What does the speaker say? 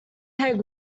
peg